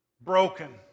broken